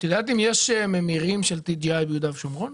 את יודעת אם יש ממירים של TGI ביהודה ושומרון?